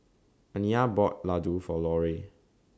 Aniyah bought Laddu For Larue